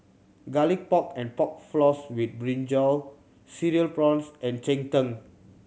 Garlic Pork and Pork Floss with brinjal Cereal Prawns and cheng tng